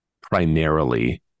primarily